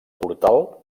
portal